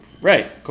right